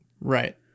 Right